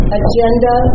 agenda